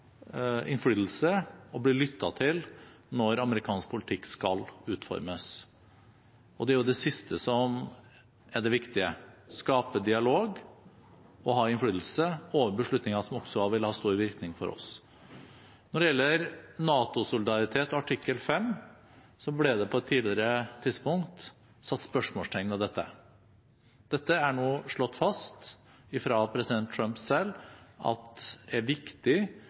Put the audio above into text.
innflytelse og bli lyttet til når amerikansk politikk skal utformes. Det er jo det siste som er det viktige: skape dialog og ha innflytelse over beslutninger som også vil ha stor virkning for oss. Når det gjelder NATO-solidaritet og artikkel 5, ble det på et tidligere tidspunkt satt spørsmålstegn ved dette. Det er nå slått fast fra president Trump selv at det er viktig